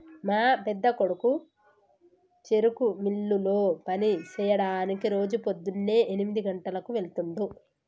మా పెద్దకొడుకు చెరుకు మిల్లులో పని సెయ్యడానికి రోజు పోద్దున్నే ఎనిమిది గంటలకు వెళ్తుండు